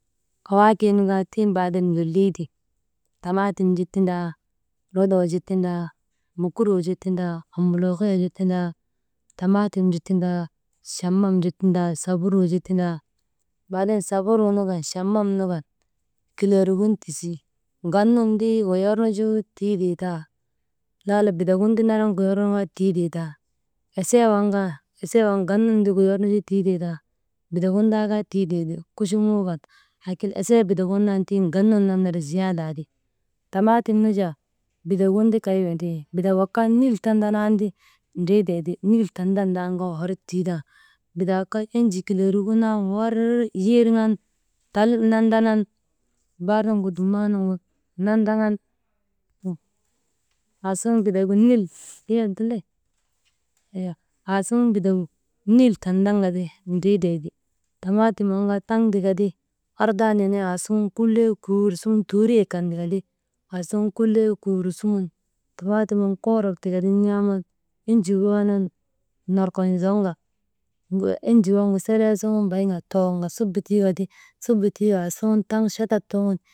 Fawaakii nu kaa tiŋ baaden lolii ti, tamaatim ju tindaa, lodoo ju tindaa mokuroo ju tindaa, ammuliihiyee ju tindaa, tamaatim ju tindaa, chamam ju tindaa, mokuroo ju tindaa, baaden chamam nu kan saburuu nu kan kilereerik gin tindi, gannun ti goyernu ju tiitee taa, laala bitagin ti naran goyernu kaa tiitee ti esee, waŋ kaa, esee waŋ ganun ti naran goyernu tiiteeti, bitak gin ti goyernu kaa tiitee ti, kuchumuu kan, lakin esee bitagin nan gan nun nan ner ziyaadaa ti, tamaatim nu jaa bitagin ti kay windrii, bitak wak kaa nil tandanan ti ndritee ti, nil tandan ndan kaa hor tiitan, bitak wak kaa enjii kileerik gin nan hor yiiriŋan tal nandanan bar nuŋu dumnan nuŋu nandanan « hesitation » aasuŋun bitagu nil tandanka ti ndriitee ti. Tamaatim nu kaa taŋ tika ti ardaa nenee aasuŋu kuley kur suŋun tuutiyek kan tika ti aasuŋun kuley kuur suŋun tamaatimnu koorok tika ti n̰aaman enjii waanan norkon̰ zoŋka wey enjii waŋgu selee suŋun bayin ka toŋonka suba tiika ti, suba tiika aasuŋun taŋ chatak suŋun.